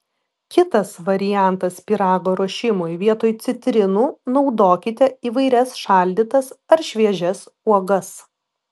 kitas variantas pyrago ruošimui vietoj citrinų naudokite įvairias šaldytas ar šviežias uogas